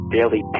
Daily